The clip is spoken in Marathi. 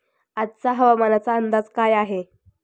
आजचा हवामानाचा अंदाज काय आहे?